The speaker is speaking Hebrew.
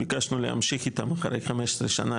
ביקשנו להמשיך איתם אחרי 15 שנה,